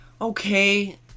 okay